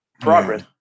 progress